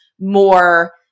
more